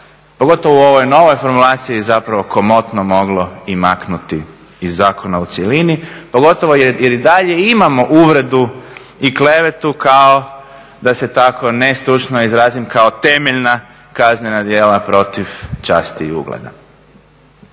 pogotovo u ovoj novoj formulaciji zapravo komotno moglo i maknuti iz zakona u cjelini, pogotovo jer i dalje imamo uvredu i klevetu kao, da se tako nestručno izrazim, kao temeljna kaznena djela protiv časti i ugleda.